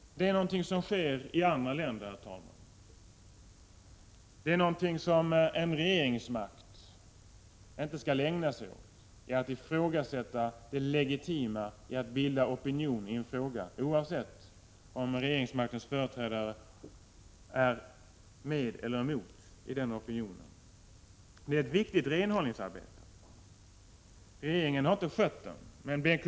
Det är någonting som sker i andra länder, herr talman. En regeringsmakt skall inte ägna sig åt att ifrågasätta det legitima i att bilda opinion i en fråga, oavsett om regeringsmaktens företrädare är med eller emot den opinionen. Det är fråga om ett viktigt renhållningsarbete. Regeringen har inte skött det. Men Bengt K.